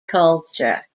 culture